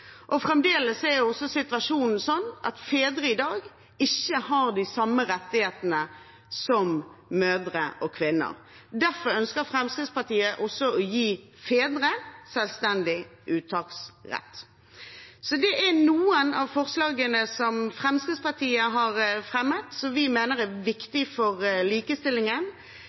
og fremdeles er situasjonen sånn at fedre i dag ikke har de samme rettighetene som mødre og kvinner. Derfor ønsker Fremskrittspartiet også å gi fedre selvstendig uttaksrett. Dette er noen av forslagene Fremskrittspartiet har fremmet, og som vi mener er viktige for likestillingen.